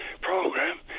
program